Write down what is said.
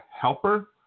helper